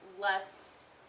less